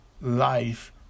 life